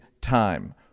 time